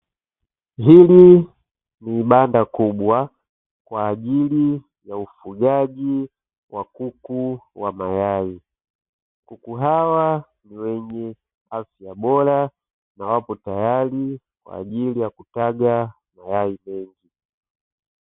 Hili ni banda kubwa kwa ajili ya ufugaji wa kuku wa mayai kuku hawa ni wenye afya bora, na wako tayari kwa ajili ya kutaga mayai mengi.